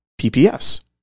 PPS